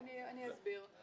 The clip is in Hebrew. אני אסביר.